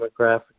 demographic